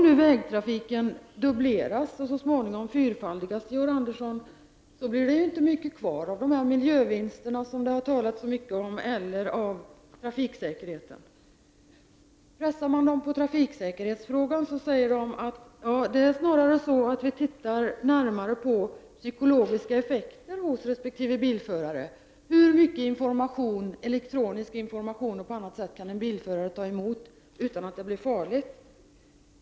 Om vägtrafiken dubbleras och så småningom fyrfaldigas, Georg Andersson, blir det inte mycket kvar av de miljövinster och den trafiksäkerhet som det har talats så mycket om. Pressar man industrins företrädare på trafiksäkerhetsfrågan säger de att man snarast tittar närmare på den psykologiska effekten hos resp. bilförare och på hur mycket information, elektronisk och annan, som en bilförare kan ta emot utan att det blir farligt.